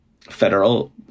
federal